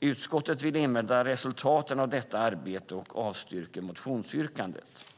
Utskottet vill invänta resultaten av detta arbete och avstyrker motionsyrkandet."